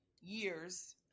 years